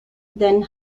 then